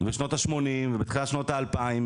ובשנות ה-80' ובתחילת שנות ה-2000,